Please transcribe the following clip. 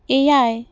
ᱮᱭᱟᱭ